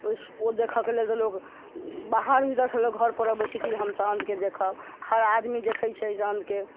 ओ देखऽ के लेल लोग बाहर घर पर अबै छे कि हम साँझ के देखब हर आदमी देखै छै चाँद के